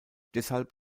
deshalb